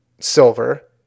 silver